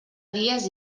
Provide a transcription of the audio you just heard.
dies